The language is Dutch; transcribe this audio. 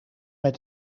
met